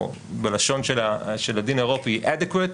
או בלשון של הדין האירופי adequate,